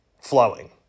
flowing